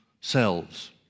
selves